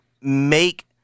make –